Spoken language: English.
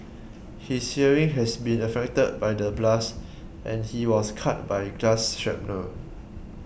his hearing has been affected by the blast and he was cut by glass shrapnel